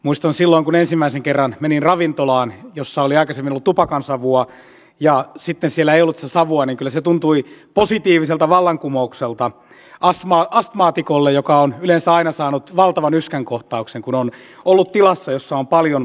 muistan että kun silloin ensimmäisen kerran menin ravintolaan jossa oli aikaisemmin ollut tupakansavua ja sitten siellä ei ollut sitä savua niin kyllä se tuntui positiiviselta vallankumoukselta astmaatikolle joka on yleensä aina saanut valtavan yskänkohtauksen kun on ollut tilassa jossa on paljon tupakansavua